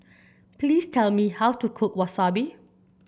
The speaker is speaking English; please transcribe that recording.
please tell me how to cook Wasabi